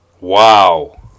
Wow